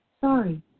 Sorry